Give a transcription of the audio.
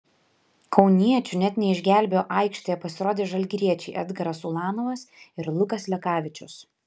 kauniečių net neišgelbėjo aikštėje pasirodę žalgiriečiai edgaras ulanovas ir lukas lekavičius